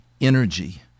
energy